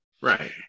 Right